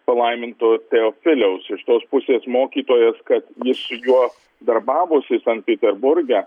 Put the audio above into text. palaiminto teofiliaus iš tos pusės mokytojas kad jis su juo darbavosi sankt peterburge